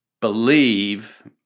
believe